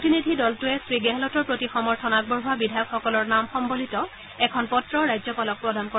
প্ৰতিনিধি দলটোৱে শ্ৰীগেহলটৰ প্ৰতি সমৰ্থন আগবঢ়োৱা বিধায়কসকলৰ নাম সম্বলিত এখন পত্ৰ ৰাজ্যপালক প্ৰদান কৰে